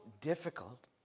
difficult